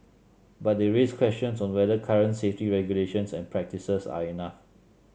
but they raise questions on whether current safety regulations and practices are enough